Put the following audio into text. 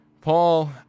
Paul